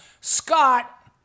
Scott